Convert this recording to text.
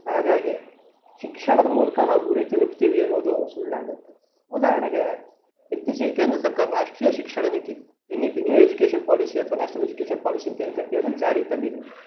ಹಾಗಾಗಿ ಶಿಕ್ಷಣದ ಮೂಲಕ ನಾವು ಗುರಿ ತಲುಪ್ತೀವಿ ಅನ್ನೋದು ಸುಳ್ಳಾಗುತ್ತೆ ಉದಾಹರಣೆಗೆ ಇತ್ತೀಚೆಗೆ ಕೇಂದ್ರ ಸರ್ಕಾರ ರಾಷ್ಟ್ರೀಯ ಶಿಕ್ಷಣ ನೀತಿ ಏನು ಈ ಪಿ ನ್ಯೂ ಎಜುಕೇಷನ್ ಪಾಲಿಸಿ ಅಥವಾ ನ್ಯಾಷ್ನಲ್ ಎಜುಕೇಷನ್ ಪಾಲಿಸಿ ಅಂತ ಏನು ಕರಿತೀವಿ ಅದನ್ನ ಜಾರಿಗೆ ತಂದಿದ್ದೀವಿ